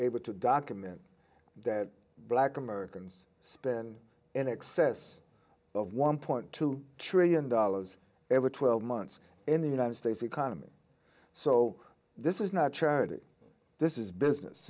able to document that black americans spend in excess of one point two trillion dollars every twelve months in the united states economy so this is not charity this is business